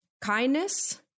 kindness